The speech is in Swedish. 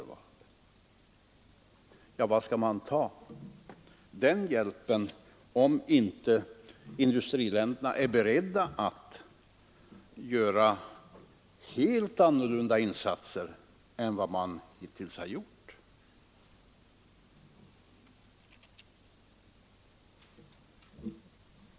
Varifrån skall denna hjälp tas, om i-länderna inte är beredda att göra helt annorlunda insatser än de hittills har gjort?